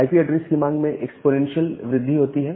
IP address की मांग में एक्स्पोनेंशियल वृद्धि होती है